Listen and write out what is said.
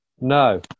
No